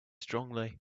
strongly